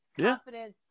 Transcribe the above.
confidence